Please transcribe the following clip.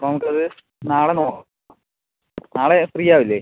അപ്പം നമുക്ക് അത് നാള നോക്കാം നാളെ ഫ്രീ ആവില്ലേ